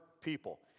people